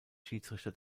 schiedsrichter